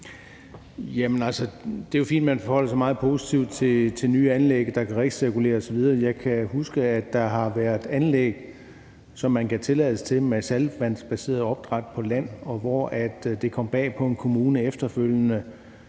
Det er jo fint, at man forholder sig meget positivt til nye anlæg, der kan recirkulere osv. Jeg kan huske, at der har været anlæg med saltvandsbaseret opdræt på land, som man gav tilladelse til, og hvor det efterfølgende